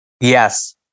Yes